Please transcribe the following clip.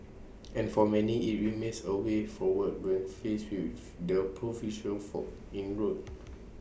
and for many IT remains A way forward when faced with the proverbial fork in road